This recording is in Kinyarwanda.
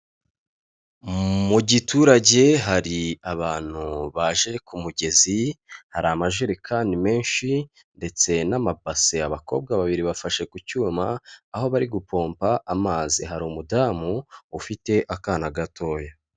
Mu giturage hari abantu baje ku mugezi, hari amajerekani menshi ndetse n'amabase, abakobwa babiri bafashe ku cyuma aho bari gupompa amazi, hari umudamu ufite akana gatoya.